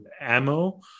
ammo